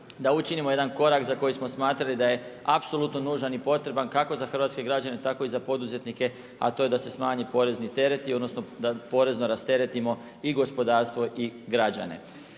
da učinimo jedan korak za koji smo smatrali da je apsolutno nužan i potreban kako za hrvatske građane tako i za poduzetnike, a to je da se smanji porezni tereti, odnosno, da porezno rasteretimo i gospodarstvo i građane.